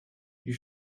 you